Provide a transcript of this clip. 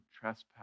trespass